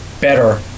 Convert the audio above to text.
better